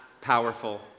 powerful